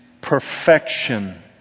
perfection